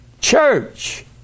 church